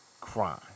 crime